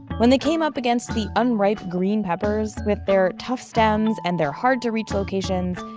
when they came up against the unripe green peppers with their tough stems and their hard-to-reach locations,